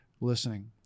listening